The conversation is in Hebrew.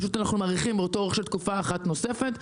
אנחנו פשוט מאריכים באותו אורך של תקופה אחת נוספת.